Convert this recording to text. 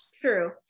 True